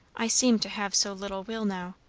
i seem to have so little will now.